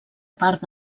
part